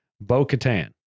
Bo-Katan